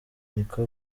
niko